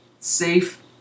Safe